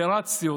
הערצתי אותו.